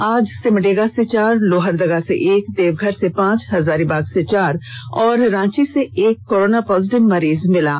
आज सिमडेगा से चार लोहरदगा से एक देवघर से पांच हजारीबाग से चार और रांची से एक कोरोना पॉजिटिव मरीज मिले हैं